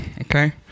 okay